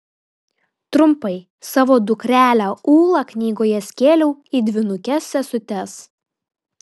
trumpai savo dukrelę ūlą knygoje skėliau į dvynukes sesutes